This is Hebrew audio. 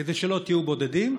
כדי שלא תהיו בודדים,